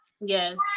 yes